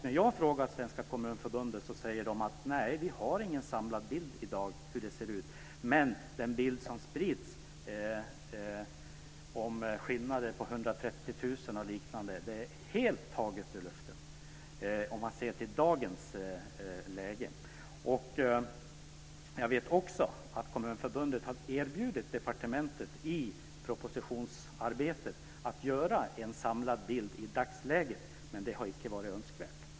När jag frågar Kommunförbundet säger man att man för närvarande inte har någon samlad bild av hur det ser ut. Den föreställning som sprids om skillnader på upp till 130 000 kr i dagens läge är helt gripen ur luften. Jag vet också att Kommunförbundet i propositionsarbetet har erbjudit departementet att ta fram en samlad bild av dagsläget men att det inte har ansetts vara önskvärt.